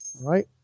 right